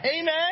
Amen